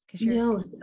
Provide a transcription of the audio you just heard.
No